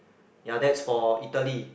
ya that's for Italy